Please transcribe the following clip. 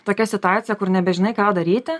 tokia situacija kur nebežinai ką daryti